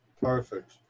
Perfect